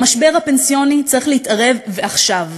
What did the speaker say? במשבר הפנסיוני צריך להתערב ועכשיו,